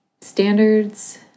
standards